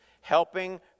Helping